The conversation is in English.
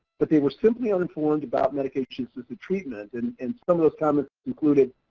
but they were simply uninformed about medication-assisted treatment and, and some of those comments included,